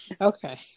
Okay